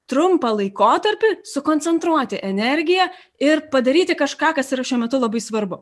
trumpą laikotarpį sukoncentruoti energiją ir padaryti kažką kas yra šiuo metu labai svarbu